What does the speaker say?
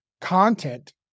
content